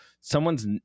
Someone's